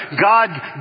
God